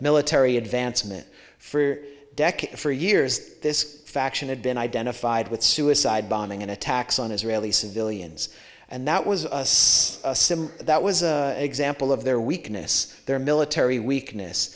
military advancement for decades for years this faction had been identified with suicide bombing and attacks on israeli civilians and that was us sim that was an example of their weakness their military weakness